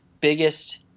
biggest